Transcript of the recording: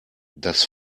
das